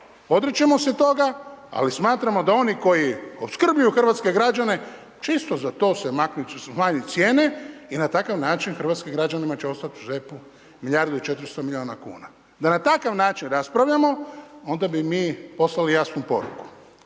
odričemo se toga ali smatramo da oni koji opskrbljuju hrvatske građane će isto za to smanjiti cijene i na takav način hrvatskim građanima će ostati u džepu milijardu i 400 milijuna kuna. Da na takav način raspravljamo onda bi poslali jasnu poruku.